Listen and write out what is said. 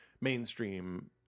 mainstream